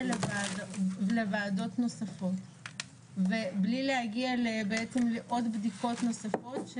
לוועדות נוספות ובלי להגיע לעוד בדיקות נוספות.